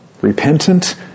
repentant